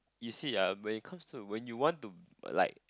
you see um when it comes to when you want to when like